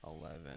eleven